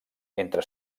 entre